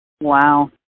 wow